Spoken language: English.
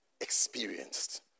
Experienced